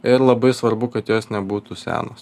ir labai svarbu kad jos nebūtų senos